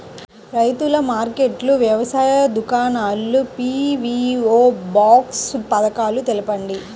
రైతుల మార్కెట్లు, వ్యవసాయ దుకాణాలు, పీ.వీ.ఓ బాక్స్ పథకాలు తెలుపండి?